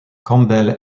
campbell